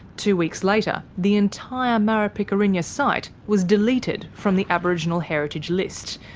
two weeks later the entire marapikurrinya site was deleted from the aboriginal heritage list,